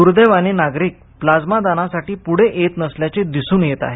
दूर्दैवाने नागरिक प्लाइमा दानासाठी पूढे येत नसल्याचे दिसून येत आहे